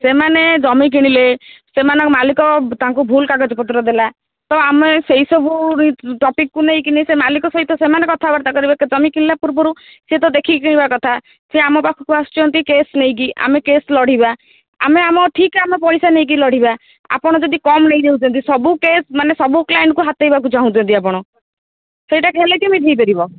ସେମାନେ ଜମି କିଣିଲେ ସେମାନଙ୍କ ମାଲିକ ତାଙ୍କୁ ଭୁଲ କାଗଜପତ୍ର ଦେଲା ତ ଆମେ ସେଇସବୁ ବି ଟପିକ୍କୁ ନେଇକିନି ସେ ମାଲିକ ସହିତ ସେମାନେ କଥାବାର୍ତ୍ତା କରିବେ ଜମି କିଣିଲା ପୂର୍ବରୁ ସିଏ ତ ଦେଖିକି କିଣିବା କଥା ସେ ଆମ ପାଖକୁ ଆସୁଛନ୍ତି କେସ୍ ନେଇକି ଆମେ କେସ୍ ଲଢ଼ିବା ଆମେ ଆମ ଠିକ ଆମ ପଇସା ନେଇକି ଲଢ଼ିବା ଆପଣ ଯଦି କମ୍ ନେଇ ଯାଉଛନ୍ତି ସବୁ କେସ୍ ମାନେ ସବୁ କ୍ଲାଏଣ୍ଟକୁ ହାତେଇବାକୁ ଚାହୁଁଛନ୍ତି ଆପଣ ସେଇଟା ହେଲେ କେମିତି ହେଇପାରିବ